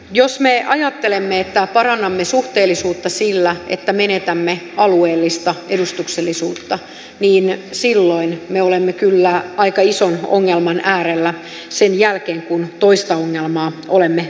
jos me ajattelemme että parannamme suhteellisuutta sillä että menetämme alueellista edustuksellisuutta niin silloin me olemme kyllä aika ison ongelman äärellä sen jälkeen kun toista ongelmaa olemme parantaneet